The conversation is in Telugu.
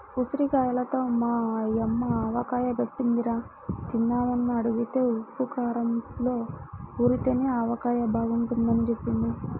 ఉసిరిగాయలతో మా యమ్మ ఆవకాయ బెట్టిందిరా, తిందామని అడిగితే ఉప్పూ కారంలో ఊరితేనే ఆవకాయ బాగుంటదని జెప్పింది